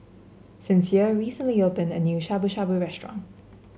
Sincere recently opened a new Shabu Shabu Restaurant